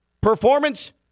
performance